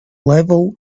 level